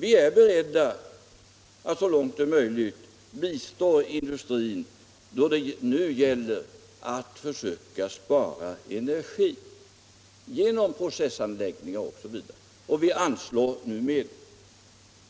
Vi är beredda att så långt det är möjligt bistå industrin när det gäller att spara energi, t.ex. genom processomläggningar, och vi anslår nu medel.